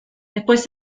después